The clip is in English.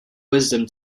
wisdom